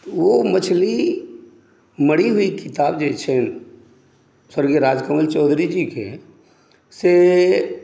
ओ मछली मरी हुई किताब जे छनि स्वर्गीय राजकमल चौधरीजीके से